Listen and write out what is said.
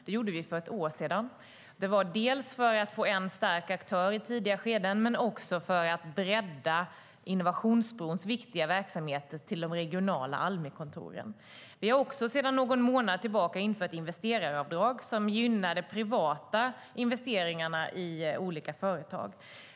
Det gjorde vi för ett år sedan. Det var dels för att få en stark aktör i tidiga skeden, dels för att bredda Innovationsbrons viktiga verksamhet till de regionala Almikontoren. Vi har också sedan någon månad tillbaka infört investeraravdrag som gynnar de privata investeringarna i olika företag.